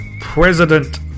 President